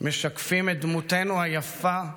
משקפים את דמותנו היפה,